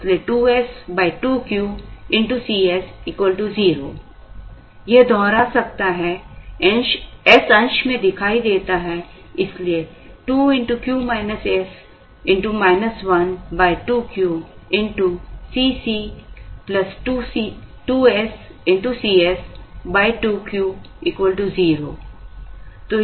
इसलिए 2s 2Q Cs 0 यह दोहरा सकता है s अंश में दिखाई देता है इसलिए 2 2Q Cc 2sCs 2Q 0